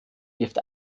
wirft